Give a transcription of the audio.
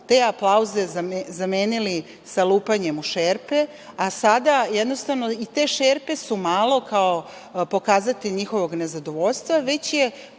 te aplauze zamenili sa lupanjem u šerpe, a sada jednostavno i te šerpe su malo kao pokazatelj njihovog nezadovoljstva već je